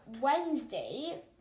Wednesday